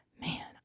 man